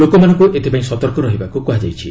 ଲୋକମାନଙ୍କୁ ଏଥିପାଇଁ ସତର୍କ ରହିବାକୁ କୁହାଯାଇଛି